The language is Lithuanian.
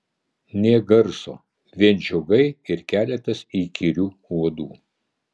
nė garso vien žiogai ir keletas įkyrių uodų